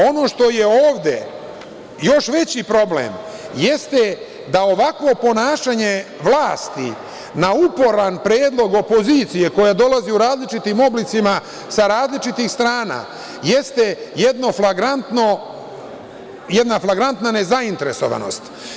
Ono što je ovde još veći problem, jeste da ovakvo ponašanje vlasti na uporan predlog opozicije, koja dolazi u različitim oblicima sa različitih strana, jeste jedna flagrantna nezainteresovanost.